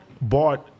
bought